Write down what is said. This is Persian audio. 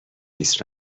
نیست